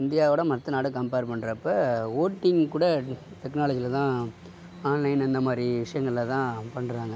India விட மத்த நாடு கம்ப்பேர் பண்ணுறப்ப வோட்டிங் கூட டெக்னாலஜியிலதான் ஆன்லைன் இந்தமாதிரி விஷயங்கள்லதான் பண்ணுறாங்க